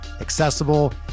accessible